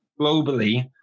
globally